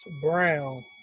Brown